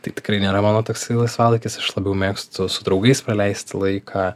tai tikrai nėra mano toksai laisvalaikis aš labiau mėgstu su draugais praleisti laiką